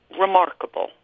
remarkable